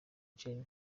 gen